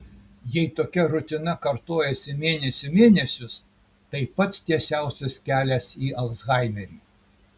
jei tokia rutina kartojasi mėnesių mėnesius tai pats tiesiausias kelias į alzhaimerį